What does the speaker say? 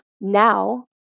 Now